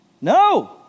No